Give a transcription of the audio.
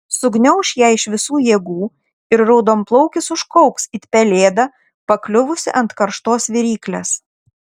sugniauš ją iš visų jėgų ir raudonplaukis užkauks it pelėda pakliuvusi ant karštos viryklės